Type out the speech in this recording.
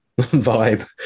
vibe